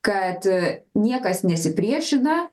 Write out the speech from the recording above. kad niekas nesipriešina